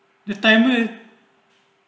the timer